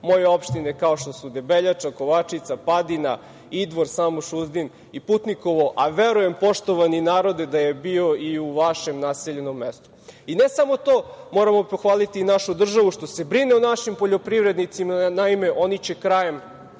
moje opštine kao što su Debeljača, Kovačica, Padina, Idvor, Samoš, Uzdin i Putnikovo, a verujem, poštovani narode, da je bio i u vašem naseljenom mestu. Moramo pohvaliti i našu državu što se brine o našim poljoprivred-nicima. Naime, oni će već krajem